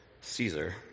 Caesar